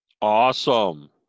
awesome